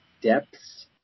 Depths